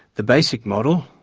the basic model,